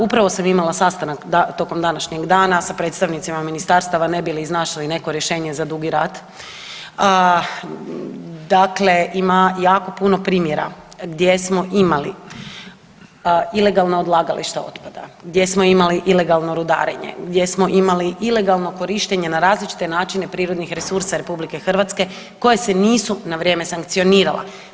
Upravo sam imala sastanak tokom današnjeg dana sa predstavnicima ministarstava ne bi li iznašli neko rješenje za Dugi Rat, a dakle ima jako puno primjera gdje smo imali ilegalna odlagališta otpada, gdje smo imali ilegalno rudarenje, gdje smo imali ilegalno korištenje na različite načine prirodnih resursa RH koje se nisu na vrijeme sankcionirala.